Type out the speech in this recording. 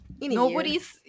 nobody's